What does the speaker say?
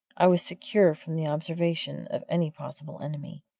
i was secure from the observation of any possible enemy.